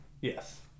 Yes